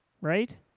Right